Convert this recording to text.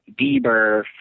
Bieber